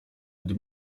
gdy